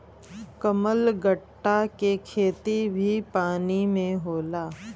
कमलगट्टा के खेती भी पानी में होला